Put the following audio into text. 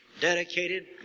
dedicated